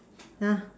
Na